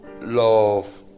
love